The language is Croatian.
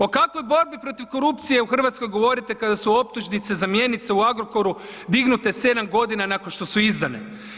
O kakvoj borbi protiv korupcije u Hrvatskoj govorite kada su optužnice za mjenice u Agrokoru dignute 7 godina nakon što su izdane?